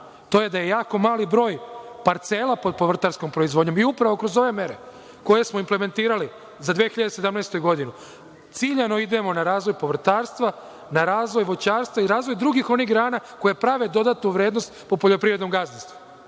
to je da je jako mali broj parcela pod povrtarskom proizvodnjom. Mi upravo kroz ove mere, koje smo implementirali za 2017. godinu, ciljano idemo na razvoj povrtarstva, na razvoj voćarstva i razvoj drugih onih grana koje prave dodatu vrednost u poljoprivrednom gazdinstvu.